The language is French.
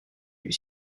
lui